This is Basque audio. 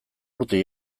urte